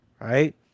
right